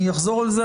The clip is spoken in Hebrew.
אני אחזור על זה,